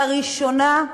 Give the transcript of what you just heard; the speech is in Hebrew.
לראשונה,